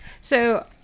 So-